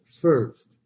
first